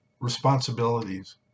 responsibilities